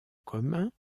commun